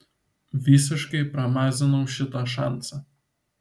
visiškai pramazinau šitą šansą